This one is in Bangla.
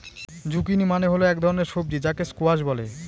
জুকিনি মানে হল এক ধরনের সবজি যাকে স্কোয়াশ বলে